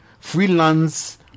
Freelance